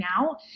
now